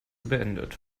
beendet